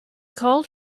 called